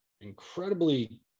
incredibly